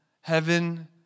heaven